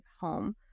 home